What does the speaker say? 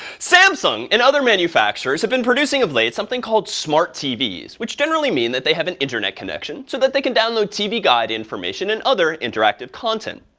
samsung and other manufacturers have been producing of late something called smart tvs, which generally mean that they have an internet connection, so that they can download tv guide information and other interactive content.